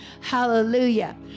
Hallelujah